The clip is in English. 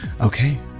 Okay